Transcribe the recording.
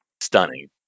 stunning